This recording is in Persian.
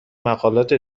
مقالات